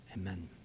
Amen